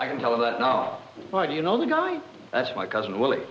i can tell of that now but you know the guy that's my cousin willie